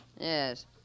Yes